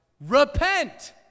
Repent